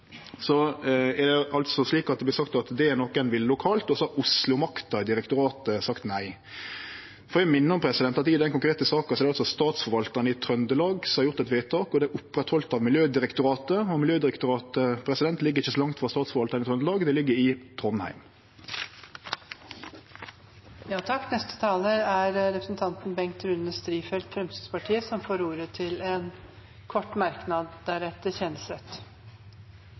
Det vert sagt at det er noko ein vil lokalt, og så har Oslo-makta i direktoratet sagt nei. Då får eg må minne om at i den konkrete saka er det altså Statsforvaltaren i Trøndelag som har gjort eit vedtak, som er oppretthalde av Miljødirektoratet, og Miljødirektoratet ligg ikkje så langt frå Statsforvaltaren i Trøndelag, det ligg i Trondheim. Representanten Bengt Rune Strifeldt har hatt ordet to ganger tidligere og får ordet til en kort merknad,